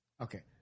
Okay